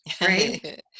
right